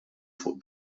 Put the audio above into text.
fuq